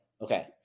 Okay